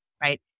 right